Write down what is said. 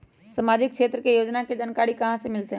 सामाजिक क्षेत्र के योजना के जानकारी कहाँ से मिलतै?